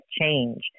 change